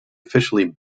officially